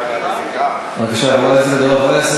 בבקשה, חבר הכנסת מקלב.